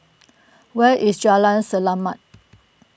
where is Jalan Selamat